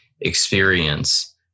experience